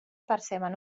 perceben